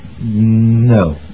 No